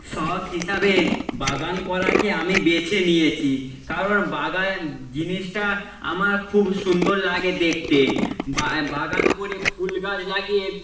শখ হিসাবে বাগান করাকে আমি বেছে নিয়েছি কারণ বাগান জিনিসটা আমার খুব সুন্দর লাগে দেখতে বাগান করে ফুল গাছ লাগিয়ে